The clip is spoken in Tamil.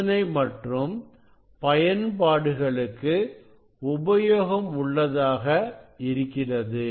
சோதனை மற்றும் பயன்பாடுகளுக்கு உபயோகம் உள்ளதாக இருக்கிறது